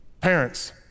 Parents